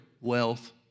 wealth